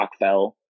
Rockfell